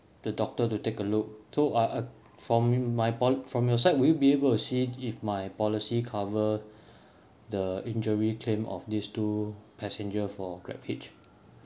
the doctor to take a look so uh uh form my pol~ from your side will you be able to see if my policy cover the injury claim of this two passenger for grab hitch